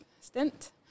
stint